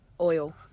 Oil